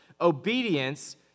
Obedience